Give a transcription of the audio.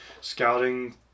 scouting